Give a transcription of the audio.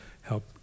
help